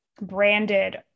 Branded